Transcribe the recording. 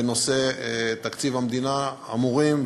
בנושא תקציב המדינה אמורים,